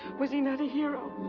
was he not a hero?